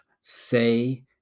say